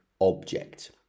object